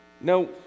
No